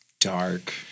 dark